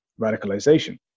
radicalization